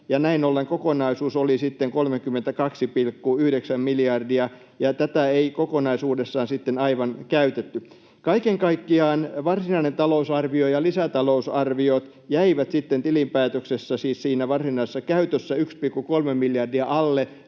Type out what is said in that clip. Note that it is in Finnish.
näin ollen kokonaisuus oli sitten 32,9 miljardia, ja tätä ei sitten aivan kokonaisuudessaan käytetty. Kaiken kaikkiaan varsinainen talousarvio ja lisätalousarviot jäivät sitten tilinpäätöksessä — siis siinä varsinaisessa käytössä — 1,3 miljardia alle